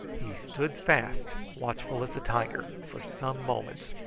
he stood fast, watchful as a tiger, for some moments,